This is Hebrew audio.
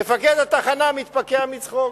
מפקד התחנה מתפקע מצחוק.